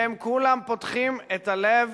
שהם כולם פותחים את הלב,